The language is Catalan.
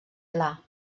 pla